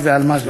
על מה זה?